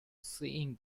seeing